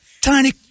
tiny